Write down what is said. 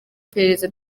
iperereza